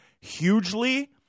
hugely